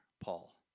Paul